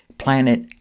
planet